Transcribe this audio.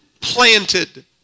planted